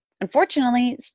Unfortunately